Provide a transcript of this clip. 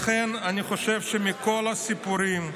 לכן, אני חושב שמכל הסיפורים,